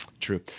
True